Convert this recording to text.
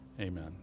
amen